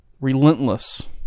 Relentless